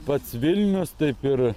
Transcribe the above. pats vilnius taip ir